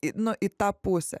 nu į tą pusę